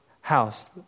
house